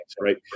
right